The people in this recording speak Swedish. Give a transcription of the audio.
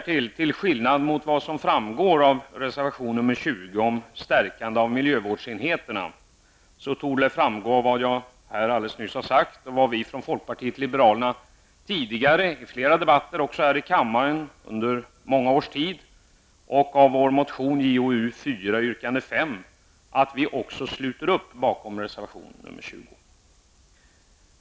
Till skillnad mot vad som framgår av reservation nr 20 om stärkande av miljövårdsenheterna torde det framgå av vad jag här har sagt, av och vad vi från folkpartiet liberalerna tidigare har förespråkat i debatter under många års tid och av vår motion Jo4, yrkande 5, att vi också sluter upp bakom reservation 20. Herr talman!